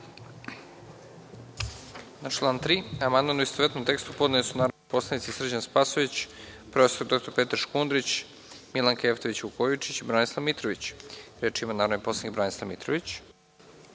Na član 3. amandman u istovetnom tekstu podneli su narodni poslanici Srđan Spasojević, profesor dr Petar Škundrić, Milanka Jevtović Vukojičić i Branislav Mitrović. Reč ima narodi poslanik Branislav Mitrović.